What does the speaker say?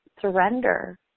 surrender